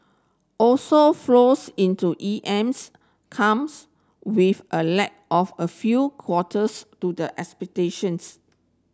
also flows into E Ms comes with a lag of a few quarters to the expectations